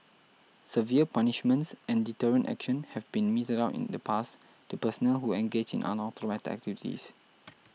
severe punishments and deterrent action have been meted out in the past to personnel who engaged in unauthorised activities